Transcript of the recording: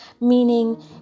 meaning